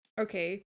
Okay